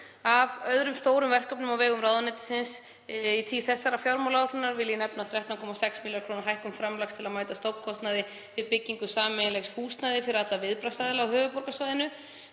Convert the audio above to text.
Af öðrum stórum verkefnum á vegum ráðuneytisins í tíð þessarar fjármálaáætlunar vil ég nefna 13,6 millj. kr. hækkun framlags til að mæta stofnkostnaði við byggingu sameiginlegs húsnæðis fyrir alla viðbragðsaðila á höfuðborgarsvæðinu.